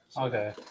Okay